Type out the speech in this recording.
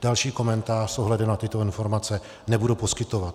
Další komentář s ohledem na tyto informace nebudu poskytovat.